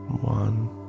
one